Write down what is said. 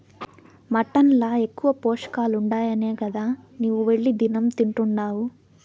mutton ల ఎక్కువ పోషకాలుండాయనే గదా నీవు వెళ్లి దినం తింటున్డావు